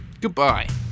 Goodbye